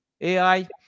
AI